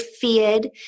feared